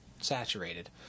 saturated